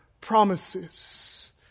promises